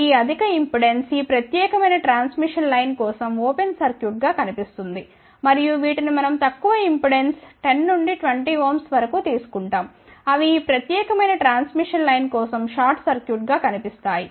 ఈ అధిక ఇంపెడెన్స్ ఈ ప్రత్యేకమైన ట్రాన్స్మిషన్ లైన్ కోసం ఓపెన్ సర్క్యూట్ గా కనిపిస్తుంది మరియు వీటిని మనం తక్కువ ఇంపెడెన్స్ 10 నుండి 20 Ωవరకు తీసుకుంటాం అవి ఈ ప్రత్యేకమైన ట్రాన్స్మిషన్ లైన్ కోసం షార్ట్ సర్క్యూట్ గా కనిపిస్తాయి